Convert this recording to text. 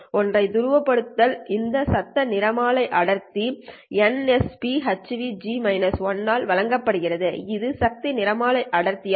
ஒற்றை துருவப்படுத்தல் இந்த சத்தம் நிறமாலை அடர்த்தி nsphν ஆல் வழங்கப்பட்டது இது சக்தி நிறமாலை அடர்த்திஆகும்